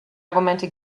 argumente